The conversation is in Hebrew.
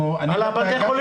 על בתי החולים.